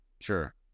Sure